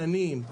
קנים,